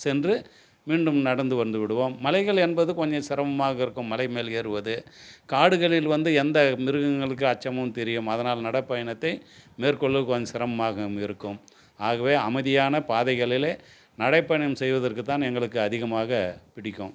சென்று மீண்டும் நடந்து வந்துவிடுவோம் மலைகள் என்பது கொஞ்சம் சிரமமாக இருக்கும் மலை மேல் ஏறுவது காடுகளில் வந்து எந்த மிருகங்களுக்கு அச்சமும் தெரியும் அதனால் நடப்பயணத்தை மேற்கொள்ளுவதுக்கு கொஞ்சம் சிரமமாகவும் இருக்கும் ஆகவே அமைதியான பாதைகளிலே நடைபயணம் செய்வதற்கு தான் எங்களுக்கு அதிகமாக பிடிக்கும்